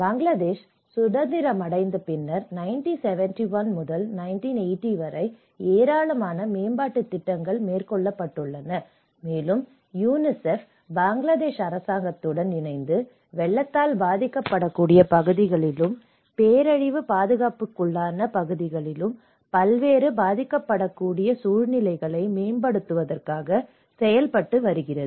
பங்களாதேஷ் சுதந்திரம் அடைந்த பின்னர் 1971 முதல் 1980 வரை ஏராளமான மேம்பாட்டுத் திட்டங்கள் மேற்கொள்ளப்பட்டுள்ளன மேலும் யுனிசெப் பங்களாதேஷ் அரசாங்கத்துடன் இணைந்து வெள்ளத்தால் பாதிக்கப்படக்கூடிய பகுதிகளிலும் பேரழிவு பாதிப்புக்குள்ளான பகுதிகளிலும் பல்வேறு பாதிக்கப்படக்கூடிய சூழ்நிலைகளை மேம்படுத்துவதற்காக செயல்பட்டு வருகிறது